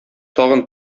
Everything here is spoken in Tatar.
тагын